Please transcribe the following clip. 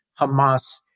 Hamas